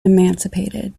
emancipated